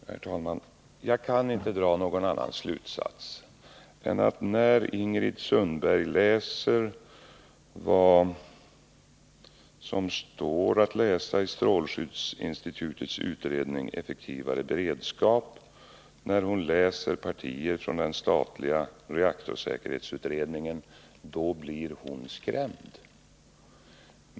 Herr talman! Jag kan inte dra någon annan slutsats än att när Ingrid Sundberg läser vad som står att läsa i strålskyddsinstitutets utredning Effektivare beredskap och när hon läser partier från den statliga reaktorsäkerhetsutredningen, då blir hon skrämd.